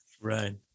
Right